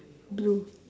blue